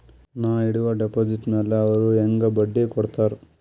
ನಾ ಇಡುವ ಡೆಪಾಜಿಟ್ ಮ್ಯಾಲ ಅವ್ರು ಹೆಂಗ ಬಡ್ಡಿ ಕೊಡುತ್ತಾರ?